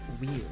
weird